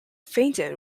fainted